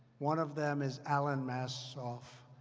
one of them is alan matisoff,